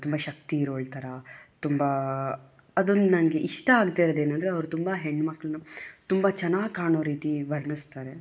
ತುಂಬ ಶಕ್ತಿ ಇರೋಳ ಥರ ತುಂಬ ಅದೊಂದು ನನ್ಗೆ ಇಷ್ಟ ಆಗದೇ ಇರೋದು ಏನೆಂದ್ರೆ ಅವರು ಹೆಣ್ಮಕ್ಕಳನ್ನ ತುಂಬ ಚೆನ್ನಾಗಿ ಕಾಣೋ ರೀತಿ ವರ್ಣಿಸ್ತಾರೆ